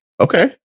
Okay